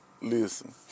Listen